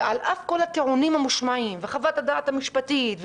ועל אף כל הטיעונים המושמעים וחוות הדעת המשפטית,